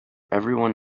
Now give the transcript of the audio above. everyone